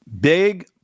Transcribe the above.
Big